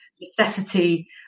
necessity